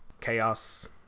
chaos